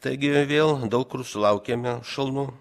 taigi vėl daug kur sulaukėme šalnų